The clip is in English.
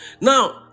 Now